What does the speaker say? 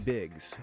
Biggs